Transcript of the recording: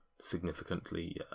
significantly